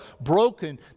broken